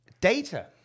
Data